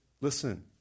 listen